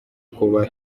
kuba